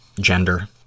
gender